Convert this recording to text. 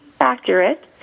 accurate